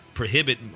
prohibit